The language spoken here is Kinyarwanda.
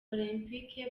olempike